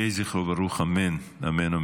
יהי זכרו ברוך, אמן.